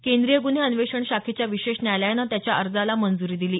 केंद्रीय गुन्हे अन्वेषण शाखेच्या विशेष न्यायालयानं त्याच्या अर्जाला मंजूरी दिली